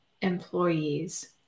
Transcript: employees